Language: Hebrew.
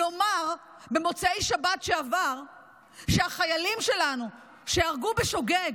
לומר במוצאי שבת שעבר שהחיילים שלנו שהרגו בשוגג